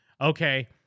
okay